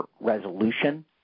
resolution